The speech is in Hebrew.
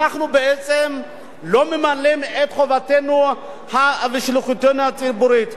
אנחנו בעצם לא ממלאים את חובתנו ושליחותנו הציבורית.